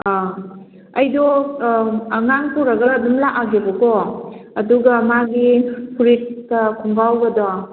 ꯑꯥ ꯑꯩꯗꯣ ꯑꯉꯥꯡ ꯄꯨꯔꯒ ꯑꯗꯨꯝ ꯂꯥꯛꯑꯒꯦꯕꯀꯣ ꯑꯗꯨꯒ ꯃꯥꯒꯤ ꯐꯨꯔꯤꯠ ꯀꯥ ꯈꯨꯡꯒꯥꯎꯒꯗꯣ